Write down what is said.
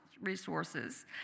Resources